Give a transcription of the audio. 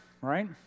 right